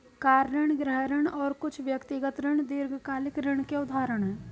car ऋण, गृह ऋण और कुछ व्यक्तिगत ऋण दीर्घकालिक ऋण के उदाहरण हैं